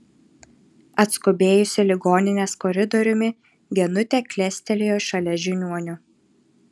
atskubėjusi ligoninės koridoriumi genutė klestelėjo šalia žiniuonio